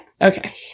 Okay